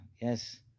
Yes